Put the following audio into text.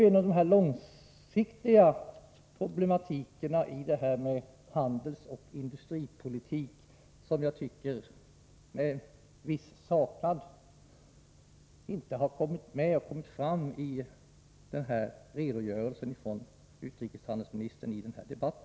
Denna långsiktiga problematik i handelsoch industripolitiken har enligt min uppfattning inte belysts i utrikeshandelsministerns redogörelse, vilket jag med en viss saknad konstaterar.